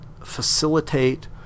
facilitate